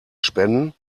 spenden